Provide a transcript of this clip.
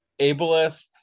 ableist